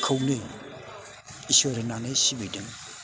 खौनो इसोर होननानै सिबिदों